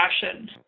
fashion